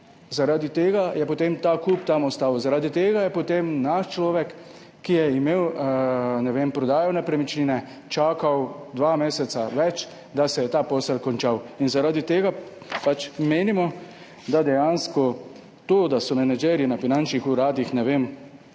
zaradi tega je ta kup potem tam ostal. Zaradi tega je potem naš človek, ki je imel, ne vem, prodajo nepremičnine, čakal dva meseca več, da se je ta posel končal. In zaradi tega pač menimo, da dejansko to, da so menedžerji na finančnih uradih, ne vem,